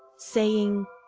saying,